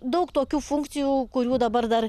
daug tokių funkcijų kurių dabar dar